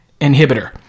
inhibitor